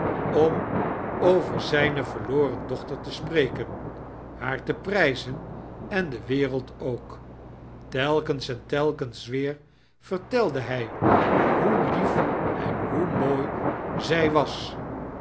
om over zijne verloiren dochter te spmeken haar te prijaen en de weireld ook telkens en telkems weer vertelde hij hoe lief en hoe mooi zij was